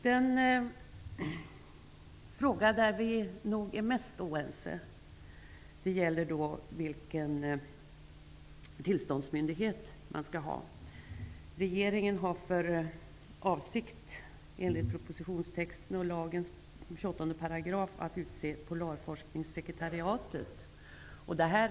Den fråga där vi nog är mest oense gäller vilken tillståndsmyndighet vi skall ha. Regeringen har, enligt propositionstexten och 28 § i den aktuella lagen, för avsikt att utse Polarforskningssekretariatet till tillståndsmyndighet.